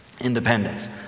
independence